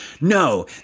no